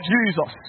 Jesus